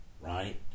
right